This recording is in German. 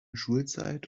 schulzeit